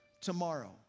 tomorrow